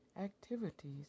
activities